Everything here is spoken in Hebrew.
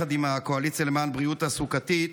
יחד עם הקואליציה למען בריאות תעסוקתית,